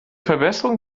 verbesserung